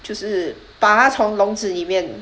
就是把它从笼子里面